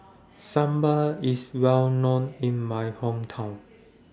Sambal IS Well known in My Hometown